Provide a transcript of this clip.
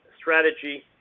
strategy